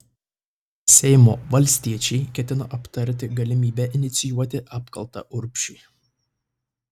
seimo valstiečiai ketina aptarti galimybę inicijuoti apkaltą urbšiui